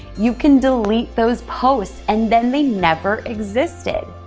you can delete those posts and then they never existed.